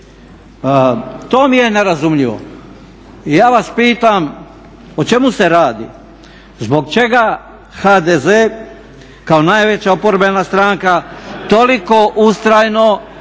To mi je nerazumljivo. Ja vas pitam o čemu se radi? Zbog čega HDZ kao najveća oporbena stranka toliko ustrajno